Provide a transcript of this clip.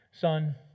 Son